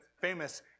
famous